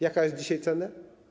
Jaka jest dzisiaj cena?